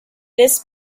this